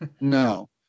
No